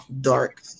dark